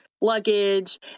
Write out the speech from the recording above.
luggage